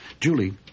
Julie